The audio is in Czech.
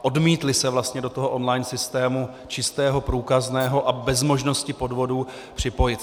Odmítly se vlastně do toho online systému čistého, průkazného a bez možnosti podvodů připojit.